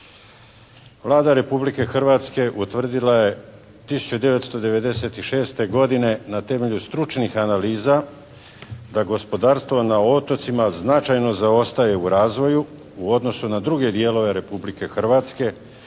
Vlada Republike Hrvatske utvrdila je 1996. godine na temelju stručnih analiza da gospodarstvo na otocima značajno zaostaje u razvoju u odnosu na druge dijelove Republike Hrvatske